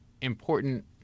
important